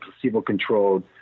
placebo-controlled